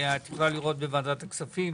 את יכולה לראות בוועדת הכספים